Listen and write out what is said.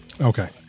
Okay